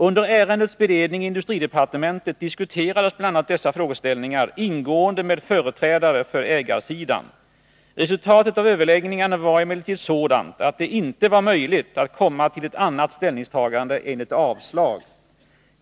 Under ärendets beredning i industridepartementet diskuterades bl.a. dessa frågeställningar ingående med företrädare för ägarsidan. Resultatet av överläggningarna var emellertid sådant att det inte var möjligt att komma till ett annat ställningstagande än ett avslag.